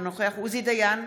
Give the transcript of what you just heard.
אינו נוכח עוזי דיין,